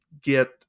get